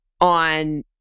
on